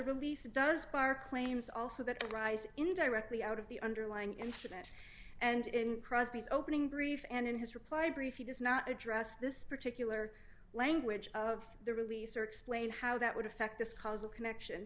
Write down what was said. release does quire claims also that arise in directly out of the underlying incident and in crosby's opening brief and in his reply brief he does not address this particular language of the release or explain how that would affect this causal connection